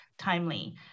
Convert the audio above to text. timely